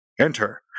Enter